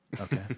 Okay